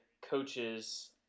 coaches